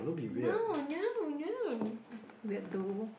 no no no weird though